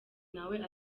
nawe